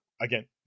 again